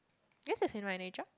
guess it's in my nature